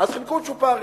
חילקו צ'ופרים.